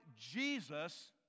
Jesus